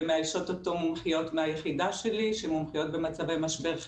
ומאיישות אותו מומחיות מהיחידה שלי שמומחיות במצבי משבר,